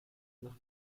nach